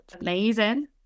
Amazing